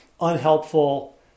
unhelpful